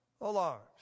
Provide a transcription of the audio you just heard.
alarms